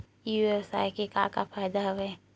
ई व्यवसाय के का का फ़ायदा हवय?